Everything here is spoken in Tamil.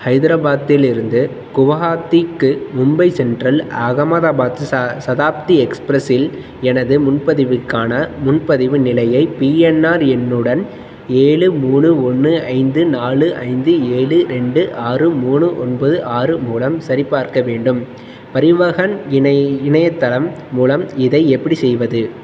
ஹைதராபாத்திலிருந்து குவஹாத்திக்கு மும்பை சென்ட்ரல் அகமதாபாத் ச சதாப்தி எக்ஸ்பிரஸ் இல் எனது முன்பதிவுக்கான முன்பதிவு நிலையை பிஎன்ஆர் எண்ணுடன் ஏழு மூணு ஒன்று ஐந்து நாலு ஐந்து நாலு ஐந்து ஏழு ரெண்டு ஆறு மூணு ஒன்பது ஆறு மூலம் சரிபார்க்க வேண்டும் பரிவஹன் இணைய இணையதளம் மூலம் இதை எப்படி செய்வது